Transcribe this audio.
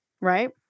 right